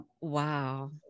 Wow